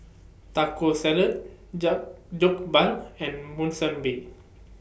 Taco Salad Jokbal and Monsunabe